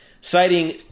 citing